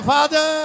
Father